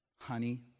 Honey